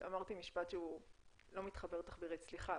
אמרתי משפט שהוא לא מתחבר תחבירית, סליחה.